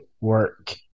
work